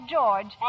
George